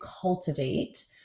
cultivate